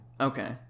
Okay